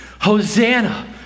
Hosanna